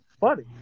funny